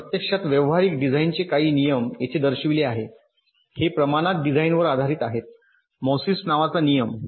तर प्रत्यक्षात व्यावहारिक डिझाइनचे काही नियम येथे दर्शविले आहेत हे प्रमाणित डिझाइनवर आधारित आहे मोसीस नावाचा नियम